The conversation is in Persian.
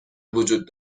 وجود